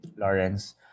Lawrence